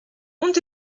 und